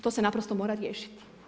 To se naprosto mora riješiti.